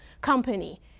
company